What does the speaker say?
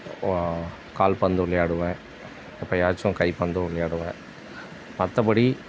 கால்பந்து விளையாடுவேன் எப்பயாச்சும் கைப்பந்தும் விளையாடுவேன் மற்றபடி